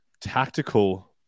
tactical